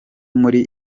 muri